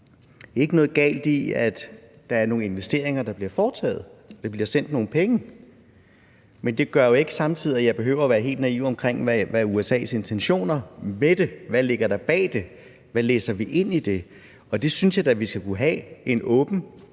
ikke noget galt i, at der er nogle investeringer, der bliver foretaget, og at der bliver sendt nogle penge. Men det gør jo ikke, at jeg samtidig behøver at være helt naiv omkring, hvad USA's intentioner med det er: Hvad ligger der bag det, og hvad læser vi ind i det? Og det synes jeg da vi skal kunne have en åben